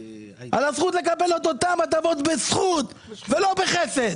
על הזכות לקבל את אותן הטבות בזכות ולא בחסד.